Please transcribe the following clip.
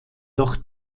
doch